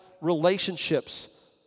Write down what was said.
relationships